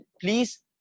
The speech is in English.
please